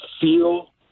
feel